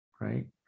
right